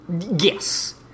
Yes